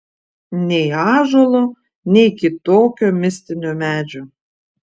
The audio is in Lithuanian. nei ąžuolo nei kitokio mistinio medžio